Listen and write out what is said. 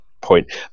point